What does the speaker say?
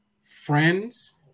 friends